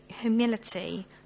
humility